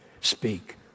speak